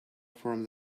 from